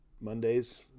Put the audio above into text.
Mondays